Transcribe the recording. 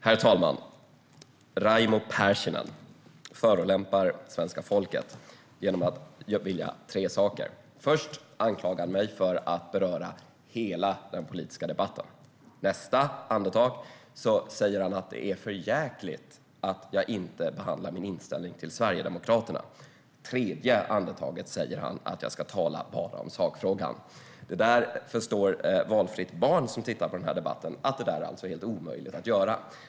Herr talman! Raimo Pärssinen förolämpar svenska folket genom att vilja tre saker. Först anklagar han mig för att beröra hela den politiska debatten. I nästa andetag säger han att det är för jäkligt att jag inte behandlar min inställning till Sverigedemokraterna. I det tredje andetaget säger han att jag bara ska tala om sakfrågan. Vilket barn som helst som tittar på den här debatten förstår att det där är helt omöjligt att göra.